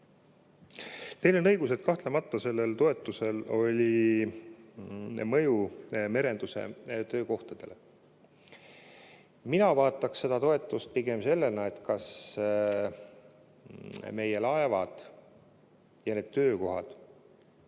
Teil on õigus, et kahtlemata sellel toetusel oli mõju merenduse töökohtadele. Mina vaataksin seda toetust pigem sellest vaatevinklist, kas meie laevad ja need töökohad